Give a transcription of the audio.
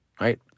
Right